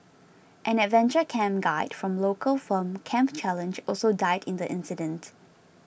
an adventure camp guide from local firm Camp Challenge also died in the incident